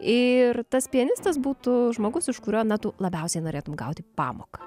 ir tas pianistas būtų žmogus iš kurio na tu labiausiai norėtum gauti pamoką